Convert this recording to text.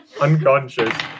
unconscious